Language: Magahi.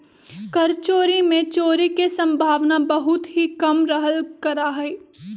कर चोरी में चोरी के सम्भावना बहुत ही कम रहल करा हई